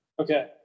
okay